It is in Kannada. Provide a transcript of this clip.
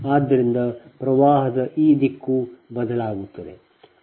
ಆದ್ದರಿಂದ ವಿದ್ಯುತ್ ಈ ದಿಕ್ಕು ಬದಲಾಗುತ್ತದೆ